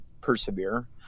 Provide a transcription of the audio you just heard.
persevere